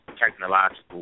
technological